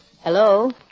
Hello